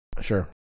Sure